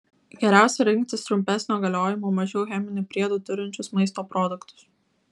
geriausia rinktis trumpesnio galiojimo mažiau cheminių priedų turinčius maisto produktus